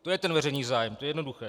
To je ten veřejný zájem, to je jednoduché.